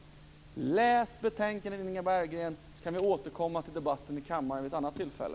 Läs betänkandet, Inga Berggren, så kan vi återkomma till debatten i kammaren vid ett annat tillfälle.